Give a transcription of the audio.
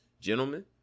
gentlemen